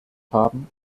haben